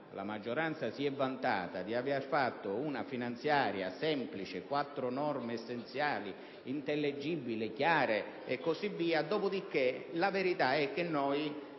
La maggioranza si è vantata di aver fatto una finanziaria semplice, con quattro norme essenziali, intelligibili, chiare e così via. La verità è che, con